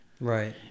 Right